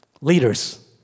leaders